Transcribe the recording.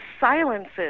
silences